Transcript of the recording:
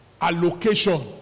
allocation